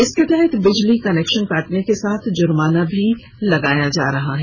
इसके तहत बिजली कनेक्शन काटने के साथ जुर्माना भी लगाया जा रहा है